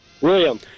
William